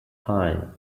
time